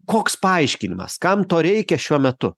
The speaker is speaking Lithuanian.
koks paaiškinimas kam to reikia šiuo metu